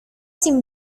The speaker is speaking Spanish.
sin